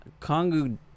Kongu